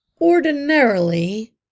Ordinarily